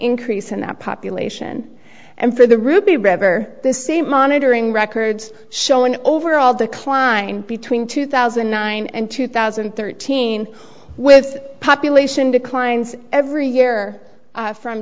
increase in that population and for the ruby river the same monitoring records show an overall decline between two thousand and nine and two thousand and thirteen with population declines every year from